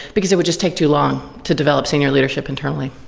because it would just take too long to develop senior leadership internally.